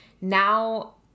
now